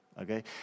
Okay